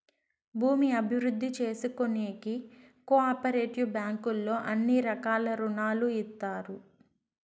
భూమి అభివృద్ధి చేసుకోనీకి కో ఆపరేటివ్ బ్యాంకుల్లో అన్ని రకాల రుణాలు ఇత్తారు